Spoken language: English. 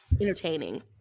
entertaining